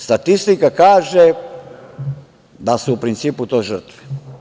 Statistika kaže da su u principu to žrtve.